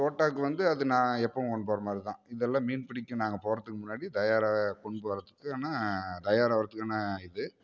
தோட்டாக்கு வந்து அது நான் எப்பவும் கொண்டு போகிற மாதிரி தான் இதெல்லாம் மீன் பிடிக்க நாங்கள் போகிறதுக்கு முன்னாடி தயாராக கொண்டு போகிறதுக்கு ஆனால் தயாராகுறதுக்கான இது